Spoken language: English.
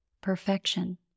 Perfection